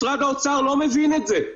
משרד האוצר לא מבין את זה.